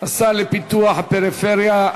השר לפיתוח הפריפריה,